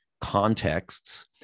contexts